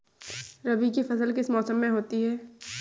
रबी की फसल किस मौसम में होती है?